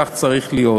כך צריך להיות.